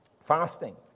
Fasting